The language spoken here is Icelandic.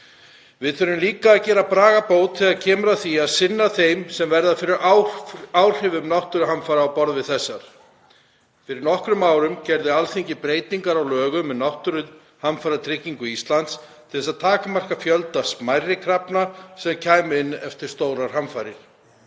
Við þurfum líka að gera bragarbót þegar kemur að því að sinna þeim sem verða fyrir áhrifum náttúruhamfara á borð við þessar. Fyrir nokkrum árum gerði Alþingi breytingar á lögum um Náttúruhamfaratryggingu Íslands til þess að takmarka fjölda smærri krafna sem kæmu inn eftir stórar hamfarir.